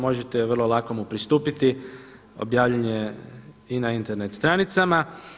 Možete vrlo lako mu pristupiti, objavljen je i na Internet stranicama.